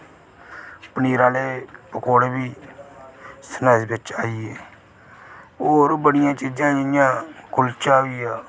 पनीर आह्ले पकौड़े बी स्नैक्स बिच आई गे होर बड़ियां चीज़ां जि'यां कुल्चा होइया